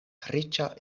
riĉa